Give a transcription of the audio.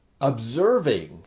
observing